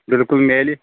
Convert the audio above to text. بِلکُل میلہِ